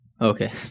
Okay